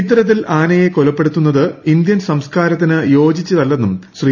ഇത്തരത്തിൽ ആണ്ടിൽ കൊലപ്പെടുത്തുന്നത് ഇന്ത്യൻ സംസ്കാരത്തിന് യോജിച്ചതല്ലെന്നും ശ്രീ